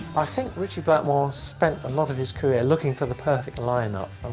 i think ritchie blackmore spent a lot of his career looking for the perfect line-up.